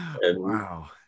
Wow